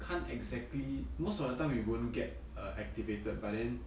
can't exactly most of the time we won't get uh activated but then